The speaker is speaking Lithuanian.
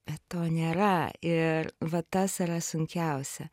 bet to nėra ir va tas yra sunkiausia